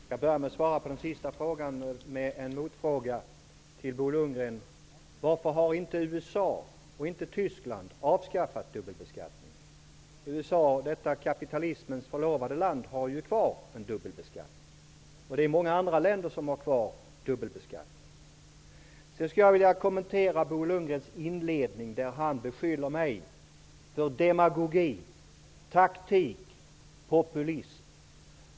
Herr talman! Jag börjar med att svara på den sista frågan med en motfråga till Bo Lundgren: Varför har man inte i USA och Tyskland avskaffat dubbelbeskattningen? USA, detta kapitalismens förlovade land, har ju kvar en dubbelbeskattning, och det finns många andra länder som också har kvar dubbelbeskattningen. Sedan skulle jag vilja kommentera Bo Lundgrens inledning. Han beskyllde mig för demagogi, taktik och populism.